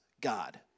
God